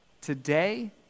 today